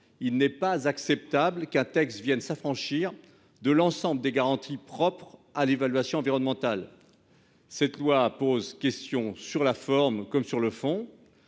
Il n'est pas acceptable qu'un texte viennent s'affranchir de l'ensemble des garanties propres à l'évaluation environnementale. Cette loi pose question sur la forme comme sur le fond.